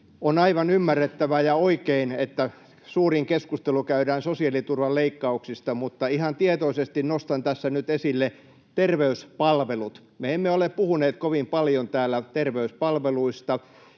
On aivan ymmärrettävää ja oikein, että suurin keskustelu käydään sosiaaliturvan leikkauksista, mutta ihan tietoisesti nostan tässä nyt esille terveyspalvelut. Me emme ole puhuneet kovin paljon täällä terveyspalveluista.